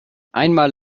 einmal